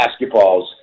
basketballs